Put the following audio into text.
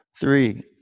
three